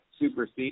supersede